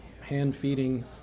hand-feeding